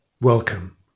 Welcome